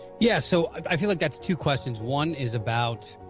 yes, so i feel like that's two questions one is about,